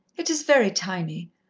it is very tiny,